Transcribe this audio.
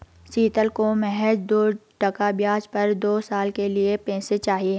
शीतल को महज दो टका ब्याज पर दो साल के लिए पैसे चाहिए